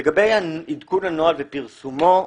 לגבי עדכון הנוהל ופרסומו,